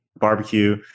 barbecue